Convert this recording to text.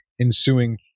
ensuing